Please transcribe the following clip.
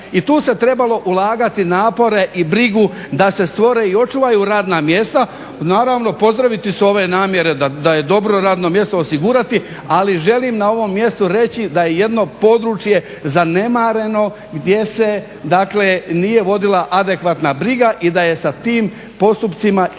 i tu se trebalo ulagati napore i brigu da se stvore i očuvaju radna mjesta. Naravno, pozdravite su ove namjere da je dobro radno mjesto osigurati, ali želim na ovom mjestu reći da je jedno područje zanemareno gdje se dakle nije vodila adekvatna briga i da je sa tim postupcima izgubljen